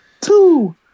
two